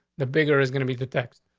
the bigger is gonna be the text.